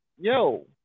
yo